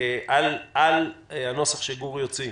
על הנוסח שגור יוציא,